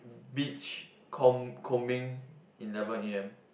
beach comb~ combing eleven A_M